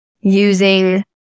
using